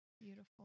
beautiful